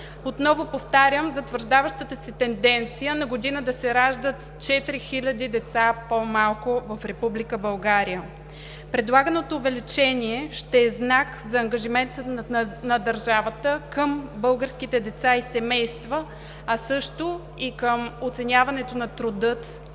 Отново повтарям, затвърждаващата се тенденция на година да се раждат 4 хиляди деца по-малко в Република България. Предлаганото увеличение ще е знак за ангажимента на държавата към българските деца и семейства, а също и към оценяването на труда